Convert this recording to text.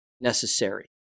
necessary